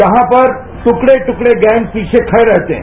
जहां पर ट्कड़े ट्कड़े गैंग पीछे खड़े रहते हैं